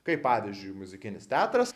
kaip pavyzdžiui muzikinis teatras